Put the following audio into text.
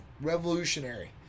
Revolutionary